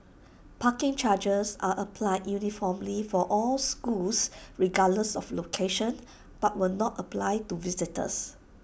parking charges are applied uniformly for all schools regardless of location but will not apply to visitors